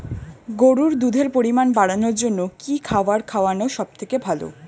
গরুর দুধের পরিমাণ বাড়ানোর জন্য কি খাবার খাওয়ানো সবথেকে ভালো?